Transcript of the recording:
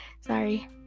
Sorry